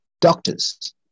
doctors